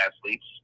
athletes